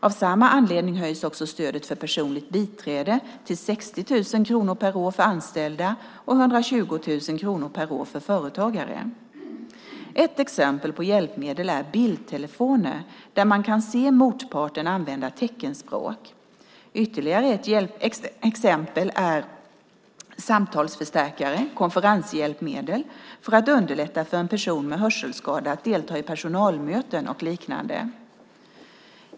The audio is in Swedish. Av samma anledning höjs också stödet för personligt biträde till 60 000 kronor per år för anställda och 120 000 kronor per år för företagare. Ett exempel på hjälpmedel är bildtelefoner där man kan se motparten använda teckenspråk. Ytterligare ett exempel är samtalsförstärkare och konferenshjälpmedel för att underlätta för en person med hörselskada att delta i personalmöten och liknande.